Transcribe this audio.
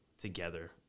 together